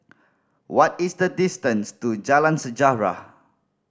what is the distance to Jalan Sejarah